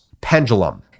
Pendulum